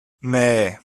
mais